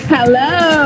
Hello